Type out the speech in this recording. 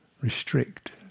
restrict